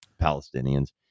Palestinians